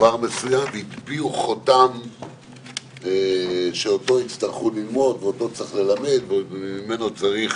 דבר מסוים והטביעו חותם שאותו יצטרכו ללמוד ואותו צריך ללמד וממנו צריך